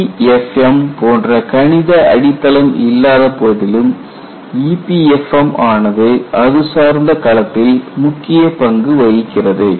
LEFM போன்ற கணித அடித்தளம் இல்லாத போதிலும் EPFM ஆனது அது சார்ந்த களத்தில் முக்கிய பங்கு வகிக்கிறது